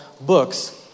books